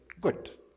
good